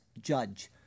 judge